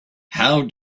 how